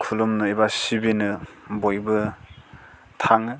खुलुमनो एबा सिबिनो बयबो थाङो